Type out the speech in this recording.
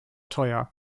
teuer